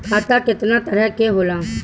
खाता केतना तरह के होला?